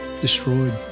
destroyed